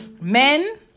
Men